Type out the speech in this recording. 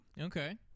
Okay